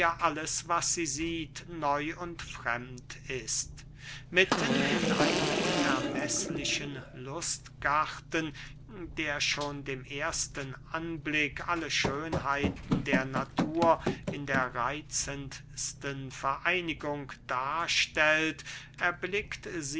alles was sie sieht neu und fremd ist mitten in einem unermeßlichen lustgarten der schon dem ersten anblick alle schönheiten der natur in der reitzendsten vereinigung darstellt erblickt